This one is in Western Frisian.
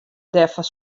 derfoar